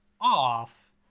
off